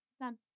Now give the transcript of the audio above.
Done